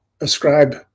ascribe